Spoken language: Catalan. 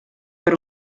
per